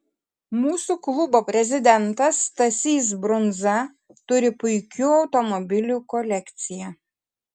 mūsų klubo prezidentas stasys brunza turi puikių automobilių kolekciją